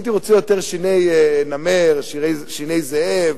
הייתי רוצה יותר שיני נמר, שיני זאב,